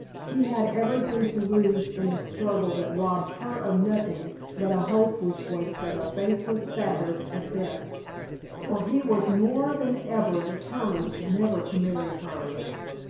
he had everything to lose in a struggle that robbed her of nothing but a hope which was but a baseless fabric at best for he was more than ever determined never to marry her.